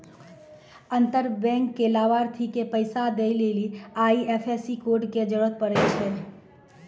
अंतर बैंक लाभार्थी के पैसा दै लेली आई.एफ.एस.सी कोड के जरूरत पड़ै छै